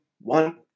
one